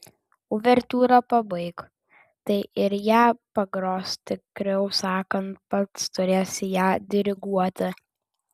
uvertiūrą pabaik tai ir ją pagros tikriau sakant pats turėsi ją diriguoti